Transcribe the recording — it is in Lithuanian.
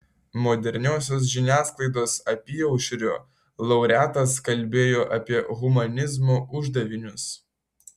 moderniosios žiniasklaidos apyaušriu laureatas kalbėjo apie humanizmo uždavinius